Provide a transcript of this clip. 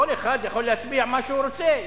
כל אחד יכול להצביע מה שהוא רוצה,